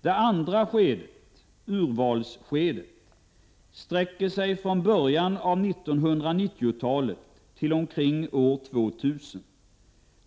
Det andra skedet, urvalsskedet, sträcker sig från början av 1990-talet till omkring 2000.